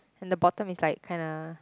and the bottom is like kinda